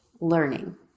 learning